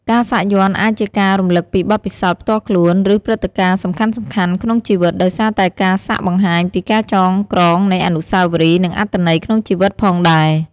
ការសាក់យ័ន្តអាចជាការរំលឹកពីបទពិសោធន៍ផ្ទាល់ខ្លួន ឬព្រឹត្តិការណ៍សំខាន់ៗក្នុងជីវិត ដោយសារតែការសាក់បង្ហាញពីការចងក្រងនៃអនុស្សាវរីយ៍ និងអត្ថន័យក្នុងជីវិតផងដែរ។